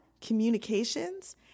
communications